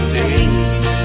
days